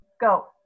go